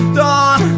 dawn